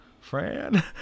Fran